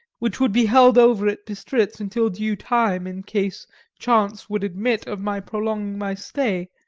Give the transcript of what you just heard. which would be held over at bistritz until due time in case chance would admit of my prolonging my stay,